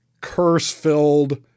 curse-filled